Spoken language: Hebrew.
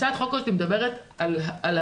הצעת החוק הזאת מדברת על הכל.